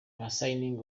assigning